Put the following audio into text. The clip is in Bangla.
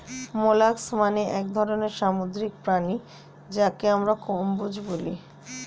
মোলাস্কস মানে এক ধরনের সামুদ্রিক প্রাণী যাকে আমরা কম্বোজ বলি